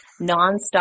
nonstop